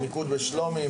מיקוד בשלומי,